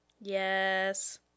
Yes